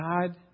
God